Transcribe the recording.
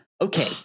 Okay